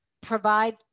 provide